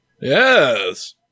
Yes